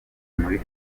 muri